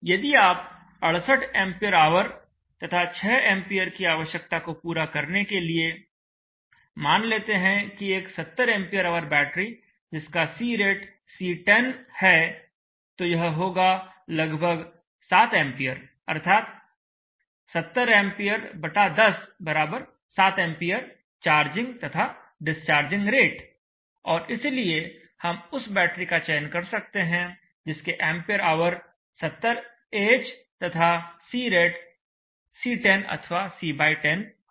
यदि आप 68 Ah तथा 6A की आवश्यकता को पूरा करने के लिए मान लेते हैं कि एक 70 Ah बैटरी जिसका C रेट C10 है तो यह होगा लगभग 7 A अर्थात 70 A107A चार्जिंग तथा डिस्चार्जिंग रेट और इसलिए हम उस बैटरी का चयन कर सकते हैं जिसके एंपियर आवर 70 Ah तथा C रेट C10 अथवा C10 हो